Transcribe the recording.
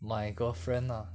my girlfriend lah